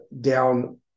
down